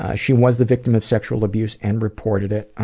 ah she was the victim of sexual abuse and reported it.